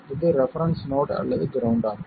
இது reference node அல்லது ground ஆகும்